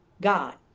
God